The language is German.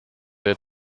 der